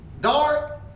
dark